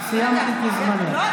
תגידו לי,